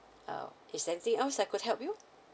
yeah is there anything else I could help you